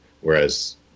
whereas